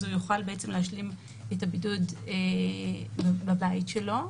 אז הוא יוכל להשלים את הבידוד בבית שלו.